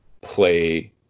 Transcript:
play